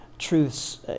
Truths